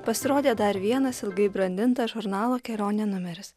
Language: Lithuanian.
pasirodė dar vienas ilgai brandintas žurnalo kelionė numeris